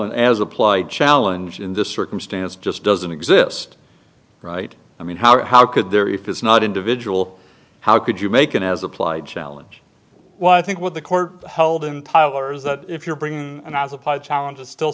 an as applied challenge in this circumstance just doesn't exist right i mean how could there if it's not individual how could you make an as applied challenge why i think what the court held in tyler is that if you're bringing and as applied challenges still